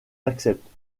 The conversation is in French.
acceptent